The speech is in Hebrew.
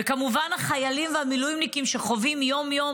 וכמובן, החיילים והמילואימניקים שחווים יום-יום